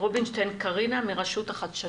רובינשטיין קרינה מרשות החדשות.